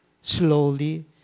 slowly